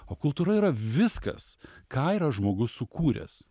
o kultūra yra viskas ką yra žmogus sukūręs